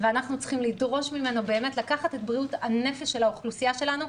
ואנחנו צריכים לדרוש ממנו באמת לקחת את בריאות הנפש של האוכלוסייה שלנו.